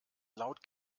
laut